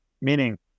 Meaning